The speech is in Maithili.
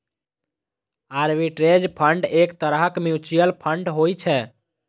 आर्बिट्रेज फंड एक तरहक म्यूचुअल फंड होइ छै